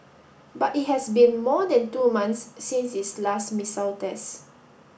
but it has been more than two months since its last missile test